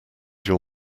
your